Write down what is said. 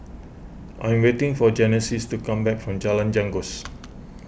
I am waiting for Genesis to come back from Jalan Janggus